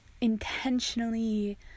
intentionally